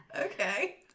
Okay